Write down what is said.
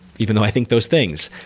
even though i think those things,